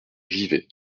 givet